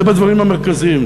זה בדברים המרכזיים,